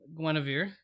Guinevere